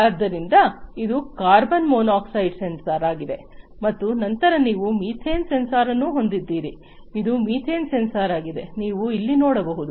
ಆದ್ದರಿಂದ ಇದು carbon monoxide sensor ಆಗಿದೆ ಮತ್ತು ನಂತರ ನೀವು ಮೀಥೇನ್ ಸೆನ್ಸಾರ್ ಅನ್ನು ಹೊಂದಿದ್ದೀರಿ ಇದು ಮೀಥೇನ್ ಸೆನ್ಸಾರ್ ಆಗಿದೆ ನೀವು ಇಲ್ಲಿ ನೋಡಬಹುದು